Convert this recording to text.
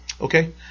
Okay